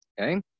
Okay